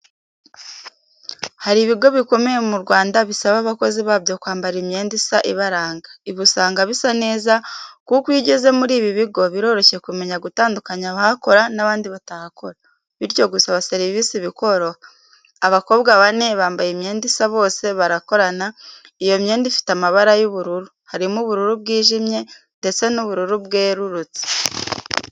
Hari ibigo bikomeye mu Rwanda bisaba abakozi babyo kwambara imyenda isa ibaranga, ibi usanga bisa neza kuko iyo ugeze muri ibi bigo biroshye kumenya gutandukanya abahakora nabandi batahakora, bityo gusaba serivisi bikoroha. Abakobwa bane bambaye imyenda isa bose barakorana, iyo myenda ifite amabara y'ubururu, harimo ubururu bwi jimye, ndetse n'ubururu bwe rurutse.